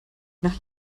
nach